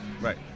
Right